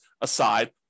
aside